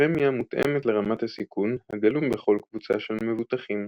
הפרמיה מותאמת לרמת הסיכון הגלום בכל קבוצה של מבוטחים.